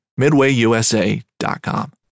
MidwayUSA.com